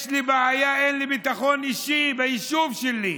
יש לי בעיה, אין לי ביטחון אישי ביישוב שלי.